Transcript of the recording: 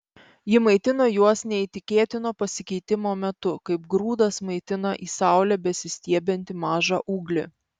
ji maitino juos neįtikėtino pasikeitimo metu kaip grūdas maitina į saulę besistiebiantį mažą ūglį